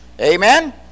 Amen